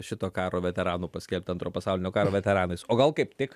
šito karo veteranų paskelbt antro pasaulinio karo veteranais o gal kaip tik